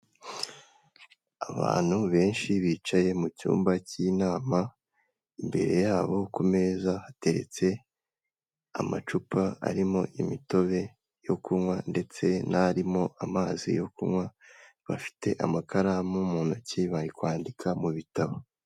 Abantu benshi bicaye mu cyumba cy'inama, imbere yabo ku meza hateretse amacupa arimo imitobe yo kunywa, ndetse n'arimo amazi yo kunywa, bafite amakaramu mu ntoki bari kwandika mu bitabo.